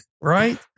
Right